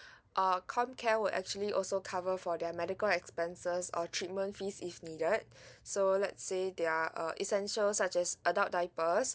uh come care will actually also cover for their medical expenses or treatment fees if needed so let's say there are uh essential such as adult diapers